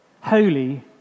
holy